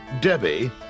debbie